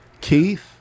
keith